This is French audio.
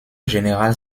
générale